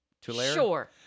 Sure